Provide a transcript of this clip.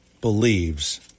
believes